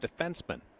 defenseman